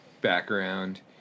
background